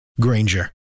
Granger